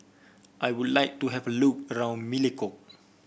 I would like to have a look around Melekeok